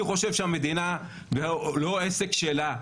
אני חושב שזה לא העסק של המדינה,